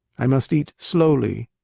i must eat slowly,